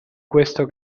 questo